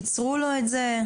קיצרו לו את זה?